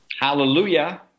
hallelujah